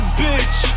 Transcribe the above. bitch